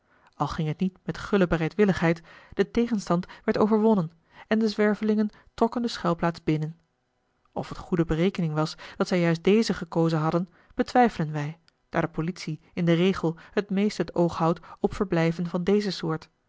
al ging het niet met gulle bereidwilligheid de tegenstand werd overwonnen en de zwervelingen trokken de schuilplaats binnen of het goede berekening was dat zij juist deze gekozen hadden betwijfelen wij daar de politie in den regel het meest het oog houdt op vera l g bosboom-toussaint de delftsche wonderdokter eel blijven van deze soort